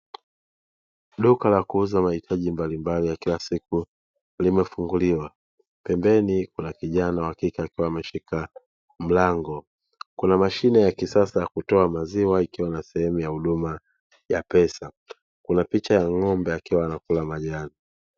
Duka la kuuza mahitaji mbalimbali ya kilasiku limefunguliwa, pembeni kuna kijana wa kike akiwa ameshika mlango. Kuna mashine ya kisasa ya kutoa maziwa ikiwa na sehemu ya huduma ya pesa, kuna picha ya ng'ombe akiwa anakula majani.